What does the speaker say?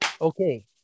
Okay